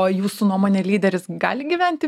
o jūsų nuomone lyderis gali gyventi